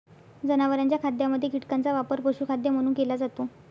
जनावरांच्या खाद्यामध्ये कीटकांचा वापर पशुखाद्य म्हणून केला जातो